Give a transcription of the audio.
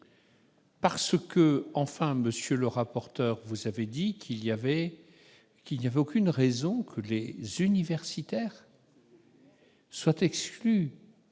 amendement. Monsieur le rapporteur, vous avez dit qu'il n'y avait aucune raison que les universitaires soient exclus